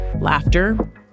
Laughter